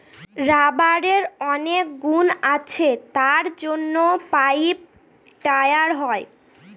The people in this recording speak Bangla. রাবারের অনেক গুণ আছে তার জন্য পাইপ, টায়ার হয়